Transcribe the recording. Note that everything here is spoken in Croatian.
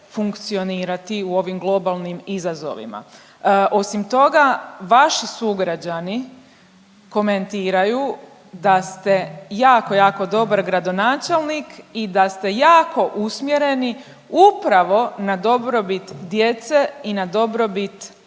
funkcionirati u ovim globalnim izazovima. Osim toga vaši sugrađani komentiraju da ste jako, jako dobar gradonačelnik i da ste jako usmjereni upravo na dobrobit djece i na dobrobit